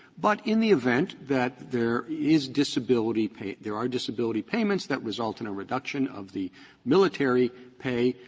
but in the event that there is disability pay there are disability payments that result in a reduction of the military pay,